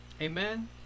Amen